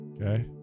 Okay